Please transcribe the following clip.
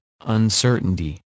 uncertainty